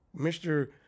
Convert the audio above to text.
Mr